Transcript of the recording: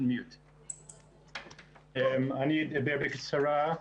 אדבר בקצרה.